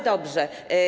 Dobrze.